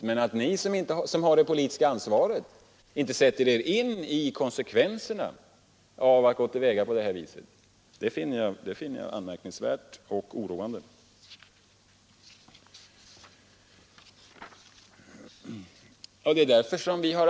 Men att ni som har det politiska ansvaret inte sätter er in i konsekvenserna av att gå till väga på detta sätt finner jag anmärkningsvärt och oroande.